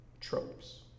tropes